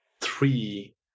Three